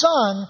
Son